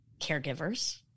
caregivers